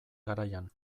garaian